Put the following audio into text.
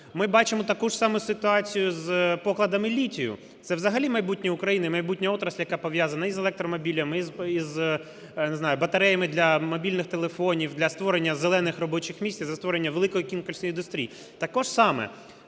Ми бачимо таку ж саму ситуацію із покладами літію. Це взагалі майбутнє України, майбутня отрасль, яка пов'язана і з електромобілями, і з, я не знаю, батареями для мобільних телефонів, для створення "зелених" робочих місць і для створення великої кількості індустрій. Також само